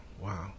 Wow